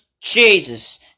Jesus